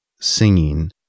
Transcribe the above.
singing